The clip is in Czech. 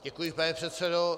Děkuji, pane předsedo.